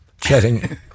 chatting